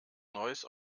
neues